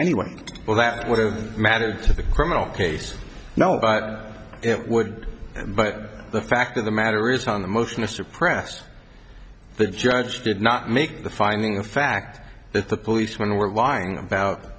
any way well that would have mattered to the criminal case now but it would but the fact of the matter is on the most mr press the judge did not make the finding of fact that the policemen were lying about